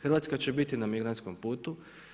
Hrvatska će biti na migrantskom putu.